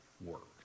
work